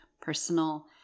personal